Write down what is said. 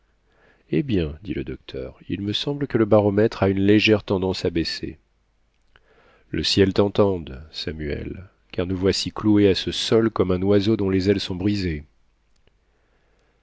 eh bien dit le docteur il me semble que le baromètre a une légère tendance à baisser le ciel tentende samuel car nous voici cloués à ce sol comme un oiseau dont les ailes sont brisées